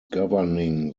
governing